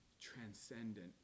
transcendent